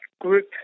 group